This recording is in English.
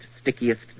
stickiest